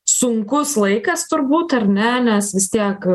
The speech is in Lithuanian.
sunkus laikas turbūt ar ne nes vis tiek